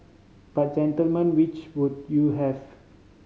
but gentlemen which would you have